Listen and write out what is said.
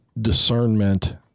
discernment